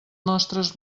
nostres